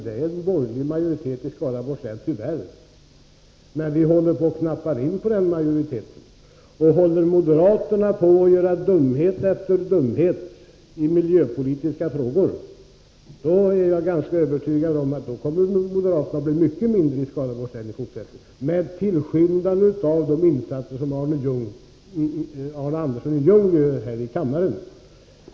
Det är tyvärr en borgerlig majoritet i Skaraborgs län, men vi håller på att knappa in på den majoriteten, och håller moderaterna på att göra dumhet efter dumhet i miljöpolitiska frågor, är jag ganska övertygad om att moderata samlingspartiet kommer att bli mycket mindre i Skaraborgs län i fortsättningen, bl.a. med hjälp av de insatser som Arne Andersson i Ljung gör här i kammaren.